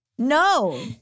No